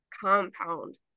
compound